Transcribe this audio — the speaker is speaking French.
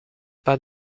pas